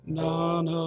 none